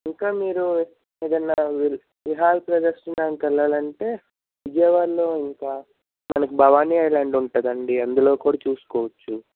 ఇంకా మీరు ఏదైనా విహార ప్రదేశానికి వెళ్ళాలి అంటే విజయవాడలో ఇంకా మనకు భవానీ ఐల్యాండ్ ఉంటుందండి అందులో కూడా చూసుకోవచ్చు